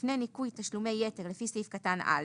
לפני ניכוי תשלומי יתר לפי סעיף קטן (א),